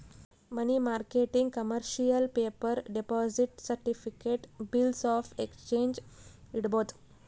ಮನಿ ಮಾರ್ಕೆಟ್ನಾಗ್ commercial paper, deposit certificate, bills of exchange ಇಡ್ಬೋದ್